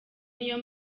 niyo